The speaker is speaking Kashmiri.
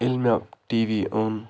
ییٚلہِ مےٚ ٹی وی اوٚن